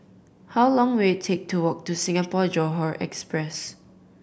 how long will it take to walk to Singapore Johore Express